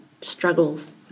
struggles